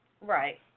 Right